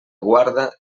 guarda